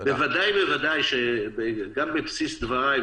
בוודאי ובוודאי שגם בבסיס דבריי,